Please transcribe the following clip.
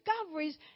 discoveries